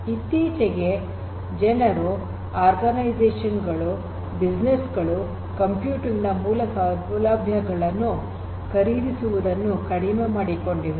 ಇತ್ತೀಚಿಗೆ ಜನರು ಆರ್ಗನೈಝೇಷನ್ ಗಳು ಬಿಸಿನೆಸ್ ಗಳು ಕಂಪ್ಯೂಟಿಂಗ್ ನ ಮೂಲಸೌಲಭ್ಯಗಳನ್ನು ಖರೀದಿಸುವುದನ್ನು ಕಡಿಮೆ ಮಾಡಿಕೊಂಡಿವೆ